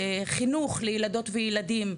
חינוך לילדות וילדים,